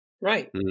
Right